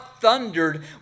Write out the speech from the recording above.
thundered